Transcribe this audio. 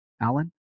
Alan